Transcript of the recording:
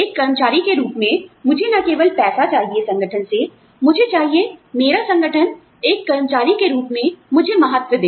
एक कर्मचारी के रूप में मुझे न केवल पैसा चाहिए संगठन से मुझे चाहिए मेरा संगठन एक कर्मचारी के रूप में मुझे महत्व दे